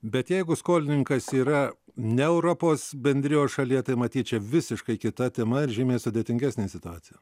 bet jeigu skolininkas yra ne europos bendrijos šalyje tai matyt čia visiškai kita tema ir žymiai sudėtingesnė situacija